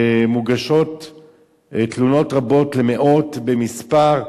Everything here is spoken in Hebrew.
מוגשות תלונות רבות, מאות במספר.